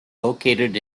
located